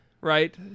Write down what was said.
right